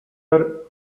are